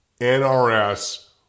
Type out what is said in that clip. NRS